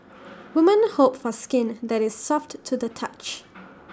woman hope for skin that is soft to the touch